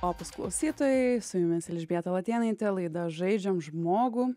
opus klausytojai su jumis elžbieta latėnaitė laida žaidžiam žmogų